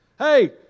Hey